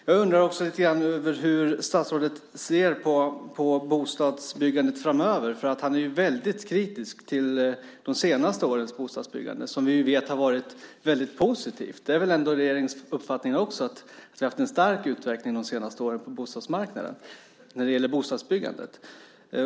Jag undrar också lite grann över hur statsrådet ser på bostadsbyggandet framöver. Han är väldigt kritisk till de senaste årens bostadsbyggande, som vi ju vet har varit väldigt positivt. Det är väl ändå även regeringens uppfattning att vi har haft en stark utveckling de senaste åren på bostadsmarknaden när det gäller bostadsbyggandet.